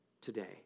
today